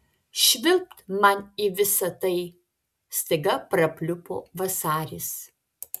švilpt man į visa tai staiga prapliupo vasaris